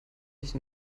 nicht